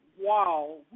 Wow